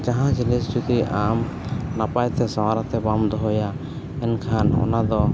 ᱡᱟᱦᱟᱸ ᱡᱤᱱᱤᱥ ᱡᱩᱫᱤ ᱟᱢ ᱱᱟᱯᱟᱭ ᱛᱮ ᱥᱟᱶᱟᱨ ᱛᱮ ᱵᱟᱢ ᱫᱚᱦᱚᱭᱟ ᱮᱱᱠᱷᱟᱱ ᱚᱱᱟ ᱫᱚ